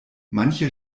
manche